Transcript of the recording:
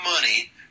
money